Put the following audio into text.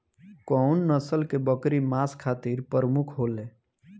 कउन नस्ल के बकरी मांस खातिर प्रमुख होले?